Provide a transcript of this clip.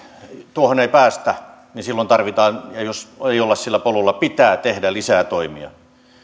tuohon ei päästä ja jos ei olla sillä polulla pitää tehdä lisää toimia